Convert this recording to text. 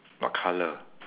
what colour